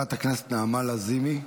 חברת הכנסת נעמה לזימי,